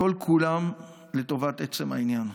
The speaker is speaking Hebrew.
כל-כולן לטובת עצם העניין.